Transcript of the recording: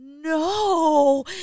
no